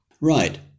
Right